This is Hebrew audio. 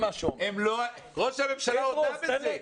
ראש הממשלה הודה בזה.